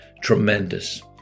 tremendous